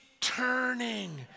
turning